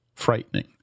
frightening